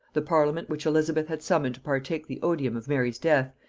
the parliament which elizabeth had summoned to partake the odium of mary's death,